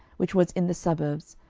which was in the suburbs,